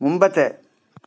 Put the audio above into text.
മുമ്പത്തെ